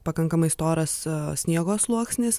pakankamai storas sniego sluoksnis